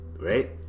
right